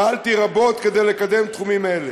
פעלתי רבות לקדם תחומים אלה.